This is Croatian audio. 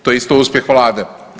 To je isto uspjeh vlade.